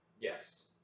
Yes